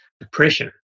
depression